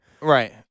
Right